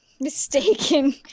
mistaken